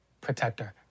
Protector